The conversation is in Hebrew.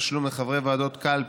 תשלום לחברי ועדות קלפי),